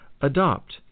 adopt